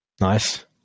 Nice